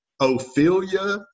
Ophelia